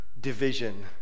division